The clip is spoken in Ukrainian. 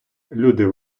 люди